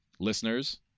listeners